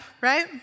right